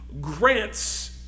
grants